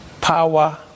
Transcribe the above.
power